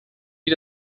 wie